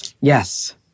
Yes